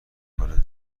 کنه